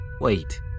Wait